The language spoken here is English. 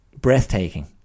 breathtaking